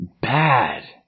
Bad